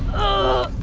oh,